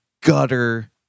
gutter